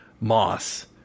Moss